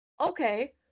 okay